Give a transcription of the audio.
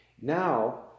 Now